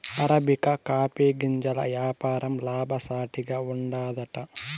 arabica coffee గింజల యాపారం లాభసాటిగా ఉండాదట